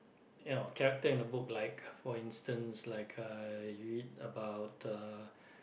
you know character in a book like for instance like uh you read about the